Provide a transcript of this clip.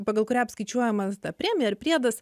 pagal kurią apskaičiuojamas ta premija ir priedas